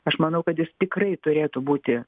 aš manau kad jis tikrai turėtų būti